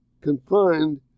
confined